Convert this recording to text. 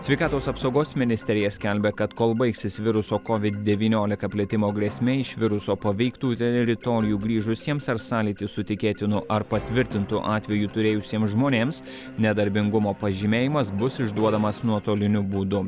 sveikatos apsaugos ministerija skelbia kad kol baigsis viruso covid devyniolika plitimo grėsmė iš viruso paveiktų teritorijų grįžusiems ar sąlytį su tikėtinu ar patvirtintu atveju turėjusiems žmonėms nedarbingumo pažymėjimas bus išduodamas nuotoliniu būdu